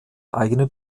eigenen